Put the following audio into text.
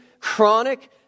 chronic